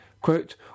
quote